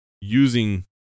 using